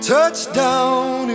Touchdown